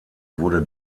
wurde